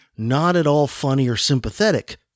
not-at-all-funny-or-sympathetic